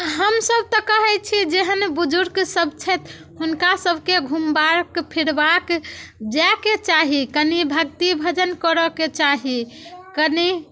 आ हमसब तऽ कहैत छी जेहन बुजुर्ग सब छथि हुनका सबके घूमबाक फिरबाक जाइके चाही कनि भक्ति भजन करऽ के चाही कनि